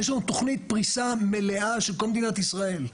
יש לנו תוכנית פריסה מלאה של כל מדינת ישראל.